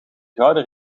gouden